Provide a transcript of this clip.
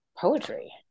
poetry